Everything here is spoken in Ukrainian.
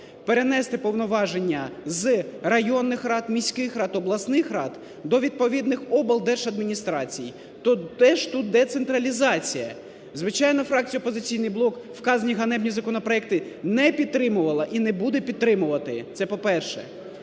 перенести повноваження з районних рад, міських рад, обласних рад до відповідних облдержадміністрацій. Де ж тут децентралізація? Звичайно, фракція "Опозиційний блок" вказані ганебні законопроекти не підтримувала і не буде підтримувати, це по-перше.